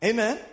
Amen